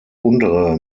untere